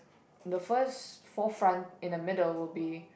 the first four front in the middle will be